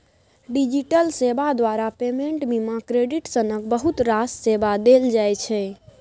digital सेबा द्वारा payment, बीमा, क्रेडिट सनक बहुत रास सेबा देल जाइ छै